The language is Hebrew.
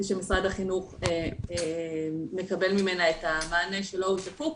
ושמשרד החינוך מקבל ממנה את המענה שלו הוא זקוק.